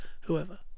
whoever